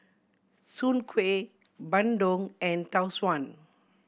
Soon Kuih bandung and Tau Suan